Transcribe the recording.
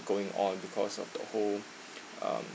going on because of the whole um